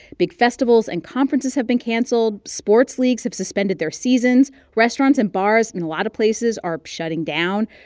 big festivals and conferences have been canceled. sports leagues have suspended their seasons. restaurants and bars in a lot of places are shutting down.